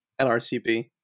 LRCP